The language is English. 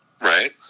Right